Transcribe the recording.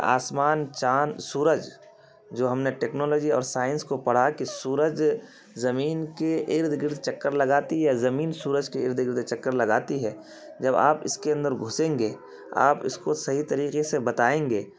آسمان چاند سورج جو ہم نے ٹیکنالوجی اور سائنس کو پڑھا کہ سورج زمین کے ارد گرد چکر لگاتی ہے زمین سورج کے ارد گرد چکر لگاتی ہے جب آپ اس کے اندر گھسیں گے آپ اس کو صحیح طریقے سے بتائیں گے